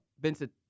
Vincent